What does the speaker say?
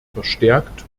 verstärkt